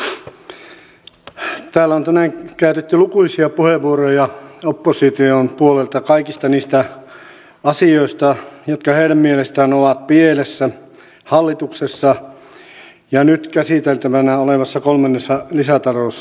täällä on tänään käytetty lukuisia puheenvuoroja opposition puolelta kaikista niistä asioista jotka heidän mielestään ovat pielessä hallituksessa ja nyt käsiteltävänä olevassa kolmannessa lisätalousarviossa